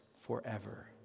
forever